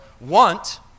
want